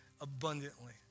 abundantly